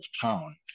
town